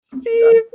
Steve